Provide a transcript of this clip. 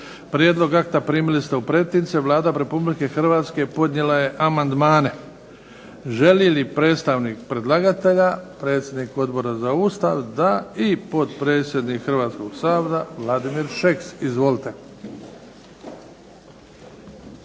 Prijedlog akta primili ste u pretince. Vlada Republike Hrvatske je podnijela amandmane. Želi li predstavnik predlagatelja, predsjednik Odbora za Ustav? Da. I potpredsjednik Hrvatskog sabora Vladimir Šeks. Izvolite.